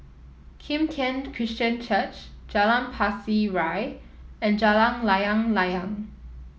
Kim Tian Christian Church Jalan Pasir Ria and Jalan Layang Layang